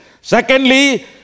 Secondly